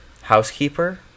housekeeper